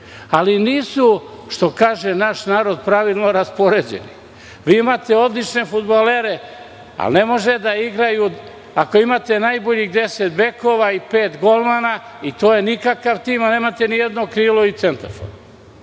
Ali nisu, što kaže naš narod, pravilno raspoređeni. Vi imate odlične fudbalere, ali ne mogu da igraju, ako imate najboljih 10 bekova i pet golmana, i to je nikakav tim, a nemate nijedno krilo i centarfor.